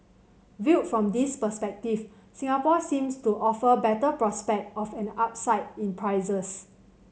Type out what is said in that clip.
viewed from this perspective Singapore seems to offer better prospects of an upside in prices